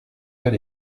tel